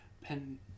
Pen